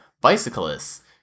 bicyclists